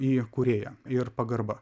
į kūrėją ir pagarba